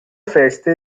feste